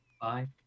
Bye